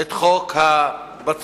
את חוק הבצורת